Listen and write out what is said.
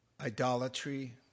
idolatry